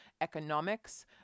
economics